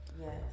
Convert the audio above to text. yes